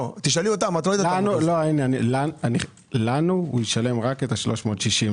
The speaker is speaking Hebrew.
לנו הוא ישלם רק את ה-360,